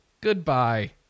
goodbye